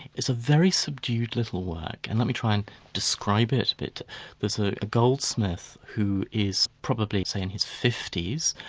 it's a very subdued little work, and let me try and describe it. it but is ah a goldsmith who is probably, say in his fifty s,